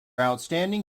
outstanding